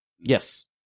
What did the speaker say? Yes